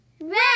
Red